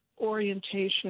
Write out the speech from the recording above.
orientation